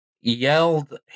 yelled